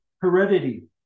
heredity